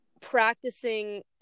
practicing